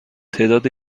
تعداد